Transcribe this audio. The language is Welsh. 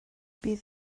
bydd